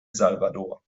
salvador